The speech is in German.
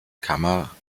kammer